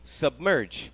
submerge